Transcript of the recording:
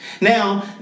Now